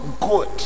good